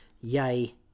yay